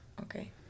Okay